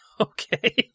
Okay